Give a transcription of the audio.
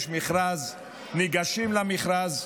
יש מכרז, ניגשים למכרז,